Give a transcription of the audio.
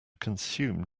consume